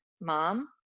Mom